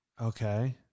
Okay